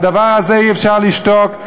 על הדבר הזה אי-אפשר לשתוק,